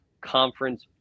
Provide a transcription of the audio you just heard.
conference